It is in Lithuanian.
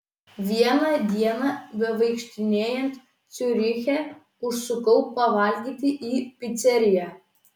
vieną dieną bevaikštinėjant ciuriche užsukau pavalgyti į piceriją